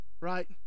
right